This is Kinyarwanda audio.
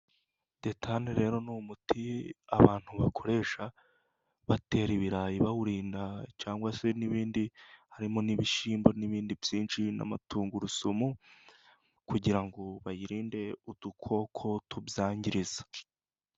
Detani rero ni umuti abantu bakoresha batera ibirayi bawurinda cyangwa se n'ibindi harimo n'ibishyimbo n'ibindi byinshi, n'amatungurusumu kugira ngo bayirinde udukoko tubyangiriza.